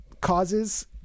causes